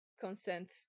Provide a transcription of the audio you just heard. consent